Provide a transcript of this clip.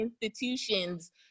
institutions